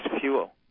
fuel